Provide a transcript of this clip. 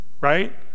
right